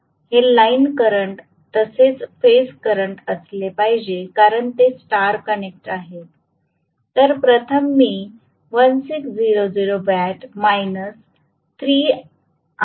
हे line current तसेच phase current असले पाहिजे कारण ते स्टार कनेक्ट आहे